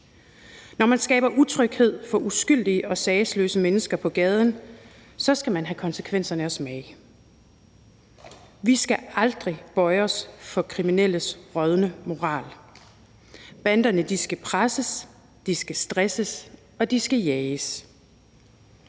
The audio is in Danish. Når man skaber utryghed for uskyldige og sagesløse mennesker på gaden, skal man have konsekvenserne at føle. Vi skal aldrig bøje os for kriminelles rådne moral. Banderne skal presses, de skal stresses,